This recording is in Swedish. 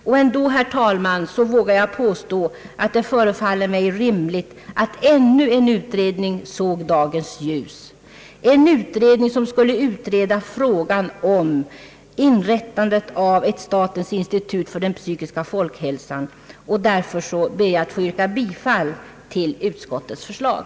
Men ändå, herr talman, vågar jag påstå, att det förefaller rimligt, att ännu en utredning såg dagens ljus, en utredning som skulle utreda frågan om inrättande av ett statens institut för den psykiska folkhälsan. Därför, herr talman, ber jag att få yrka bifall till utskottets förslag.